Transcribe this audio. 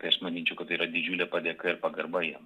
tai aš manyčiau kad yra didžiulė padėka ir pagarba jiems